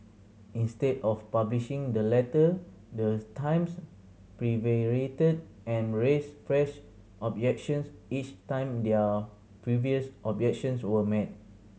instead of publishing the letter the Times prevaricated and raised fresh objections each time their previous objections were met